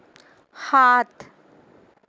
সাত